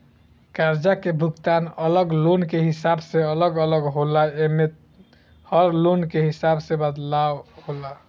कर्जा के भुगतान अलग लोन के हिसाब से अलग अलग होला आ एमे में हर लोन के हिसाब से बदलाव होला